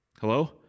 Hello